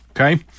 Okay